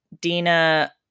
Dina